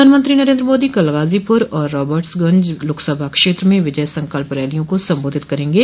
प्रधानमंत्री नरेन्द्र मोदी कल गाजीपुर और रार्बट्सगंज लोकसभा क्षेत्र में विजय संकल्प रैलियों को संबोधित करेंगे